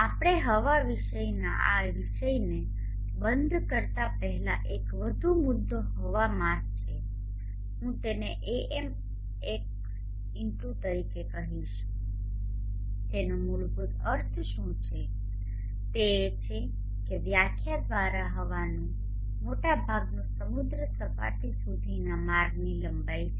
આપણે હવા વિષયના આ વિષયને બંધ કરતા પહેલા એક વધુ મુદ્દો આ હવા માસ છે હું તેને AM l તરીકે કહીશ તેનો મૂળભૂત અર્થ શું છે તે એ છે કે વ્યાખ્યા દ્વારા હવાનું મોટા ભાગનું સમુદ્ર સપાટી સુધીના માર્ગની લંબાઈ છે